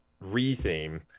re-theme